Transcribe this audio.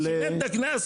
שילם את הקנס,